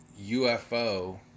UFO